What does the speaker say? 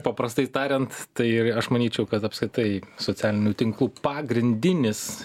paprastai tariant tai aš manyčiau kad apskritai socialinių tinklų pagrindinis